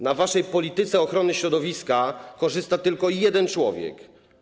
Na waszej polityce ochrony środowiska korzysta tylko jeden człowiek.